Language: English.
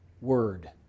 word